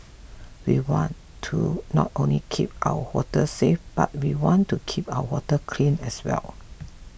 we want to not only keep our waters safe but we want to keep our water clean as well